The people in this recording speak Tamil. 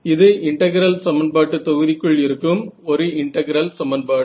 இது இன்டெகிரல் சமன்பாட்டு தொகுதிக்குள் இருக்கும் ஒரு இன்டெகிரல் சமன்பாடு